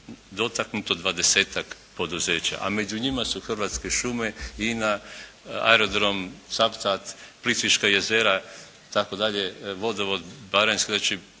dotaknuto 20-tak poduzeća, a među njima su Hrvatske šume, INA, aerodrom Cavtat, Plitvička jezera itd., Vodovod, … /Govornik